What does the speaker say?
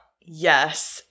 Yes